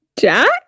Jack